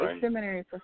seminary